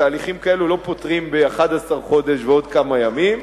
תהליכים כאלה לא פותרים ב-11 חודש ועוד כמה ימים,